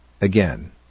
Again